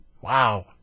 wow